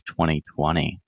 2020